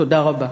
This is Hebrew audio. תודה רבה.